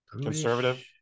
conservative